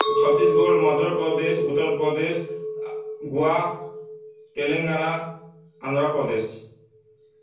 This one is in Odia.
ଛତିଶଗଡ଼ ମଧ୍ୟପ୍ରଦେଶ ଉତ୍ତରପ୍ରଦେଶ ଗୋଆ ତେଲେଙ୍ଗାନା ଆନ୍ଧ୍ରପ୍ରଦେଶ